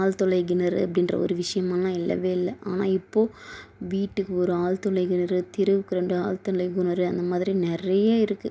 ஆழ்துளை கிணறு அப்படின்ற ஒரு விஷயம்லாம் இல்லவே இல்லை ஆனால் இப்போ வீட்டுக்கு ஒரு ஆழ்துளை கிணறு தெருவுக்கு ரெண்டு ஆழ்துளை கிணறு அந்த மாதிரி நிறைய இருக்கு